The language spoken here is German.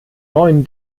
neuen